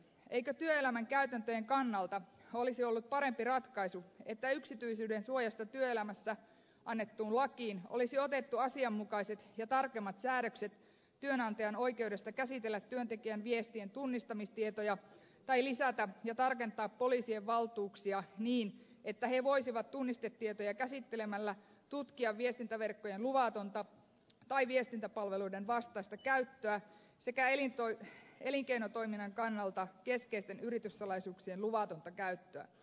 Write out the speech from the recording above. eikö työelämän käytäntöjen kannalta olisi ollut parempi ratkaisu että yksityisyyden suojasta työelämässä annettuun lakiin olisi otettu asianmukaiset ja tarkemmat säädökset työnantajan oikeudesta käsitellä työntekijän viestien tunnistamistietoja tai lisätä ja tarkentaa poliisien valtuuksia niin että he voisivat tunnistetietoja käsittelemällä tutkia viestintäverkkojen luvatonta tai viestintäpalveluiden vastaista käyttöä sekä elinkeinotoiminnan kannalta keskeisten yrityssalaisuuksien luvatonta käyttöä